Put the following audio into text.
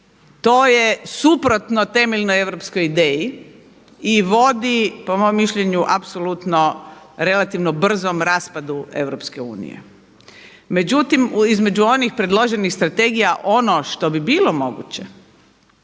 To je suprotno temeljnoj Europskoj ideji i vodi po mom mišljenju apsolutno relativno brzom raspadu EU. Međutim između onih predloženih strategija ono što bi bilo moguće